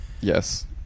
Yes